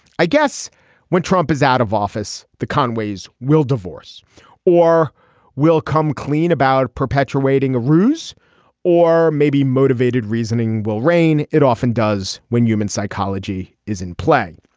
i guess when trump is out of office the conway's will divorce or will come clean about perpetuating a ruse or maybe motivated reasoning will reign. it often does when human psychology is in play.